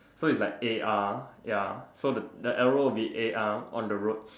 so it's like a R ya so the the arrow will be a R on the road